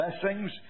blessings